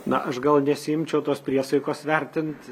na aš gal nesiimčiau tos priesaikos vertint